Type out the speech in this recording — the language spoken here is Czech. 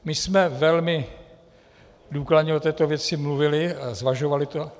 My jsme velmi důkladně o této věci mluvili a zvažovali to.